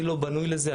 אני לא בנוי לזה.